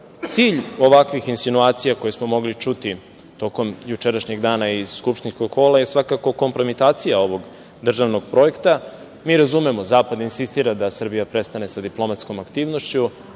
ovakvih insinuacija koje smo mogli čuti tokom jučerašnjeg dana iz skupštinskog hola jeste svakako kompromitacija ovog državnog projekta. Mi razumemo zapad, insistira da Srbija prestane sa diplomatskom aktivnošću.